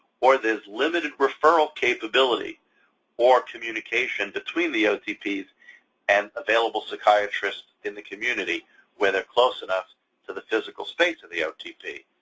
or there's limited referral capability or communication between the otps and available psychiatrists in the community where they're close enough to the physical space of the otp,